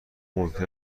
ممکن